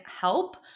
help